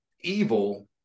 evil